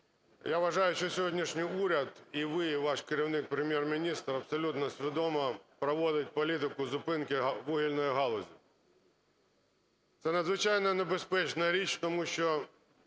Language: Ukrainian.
Я вважаю, що сьогоднішній уряд, і ви, і ваш керівник - Прем’єр-міністр абсолютно свідомо проводить політику зупинки вугільної галузі. Це надзвичайно небезпечна річ, тому що